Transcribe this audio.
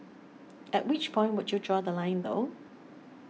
at which point would you draw The Line though